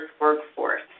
workforce